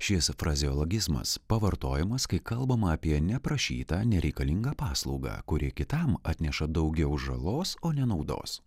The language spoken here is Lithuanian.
šis frazeologizmas pavartojimas kai kalbama apie neprašytą nereikalingą paslaugą kuri kitam atneša daugiau žalos o ne naudos